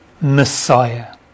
Messiah